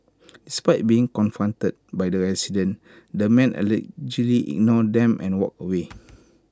despite being confronted by the residents the man allegedly ignored them and walked away